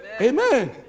Amen